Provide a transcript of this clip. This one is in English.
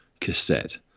cassette